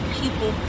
people